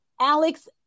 Alex